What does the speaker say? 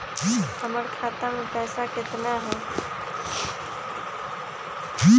हमर खाता मे पैसा केतना है?